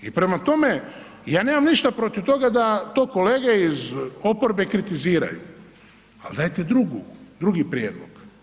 I prema tome i ja nemam ništa protiv toga da to kolege iz oporbe kritiziraju ali dajte drugi prijedlog.